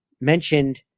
mentioned